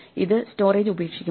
ഇത് സ്റ്റോറേജ് ഉപേക്ഷിക്കുമോ